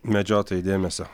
medžiotojai dėmesio